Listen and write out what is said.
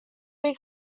big